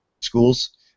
schools